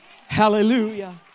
Hallelujah